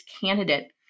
candidate